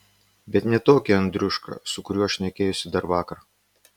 bet ne tokį andriušką su kuriuo šnekėjosi dar vakar